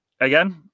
Again